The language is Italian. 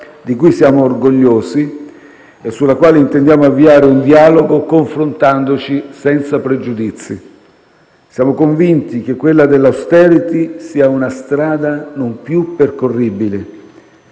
di cui siamo orgogliosi e sulla quale intendiamo avviare un dialogo, confrontandoci senza pregiudizi. Siamo convinti che quella dell'*austerity* sia una strada non più percorribile.